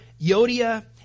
Yodia